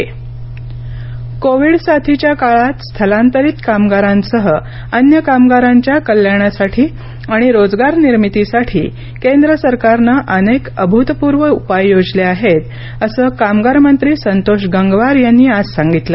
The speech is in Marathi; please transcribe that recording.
कामगार मंत्रालय कोविड साथीच्या काळात स्थलांतरित कामगारांसह अन्य कामगारांच्या कल्याणासाठी आणि रोजगार निर्मितीसाठी केंद्र सरकारनं अनेक अभूतपूर्व उपाय योजले आहेत असं कामगार मंत्री संतोष गंगवार यांनी आज सांगितलं